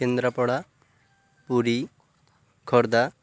Kendrapara Puri Khordha